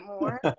more